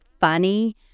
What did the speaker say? funny